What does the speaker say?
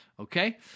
Okay